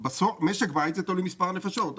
משק בית זה תלוי במספר הנפשות.